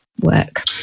work